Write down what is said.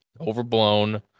overblown